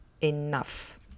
enough